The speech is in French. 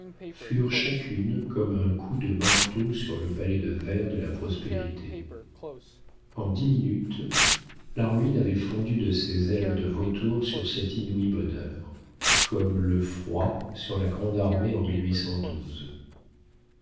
furent chacune comme un coup de marteau sur le palais de verre de la prospérité en dix minutes la ruine avait fondu de ses ailes de vautour sur cet inouï bonheur comme le froid sur la grande armée en